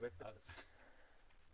כרגע לא.